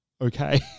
okay